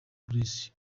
grace